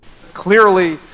Clearly